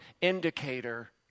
indicator